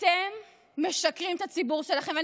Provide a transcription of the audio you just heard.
אתם משקרים את הציבור שלכם.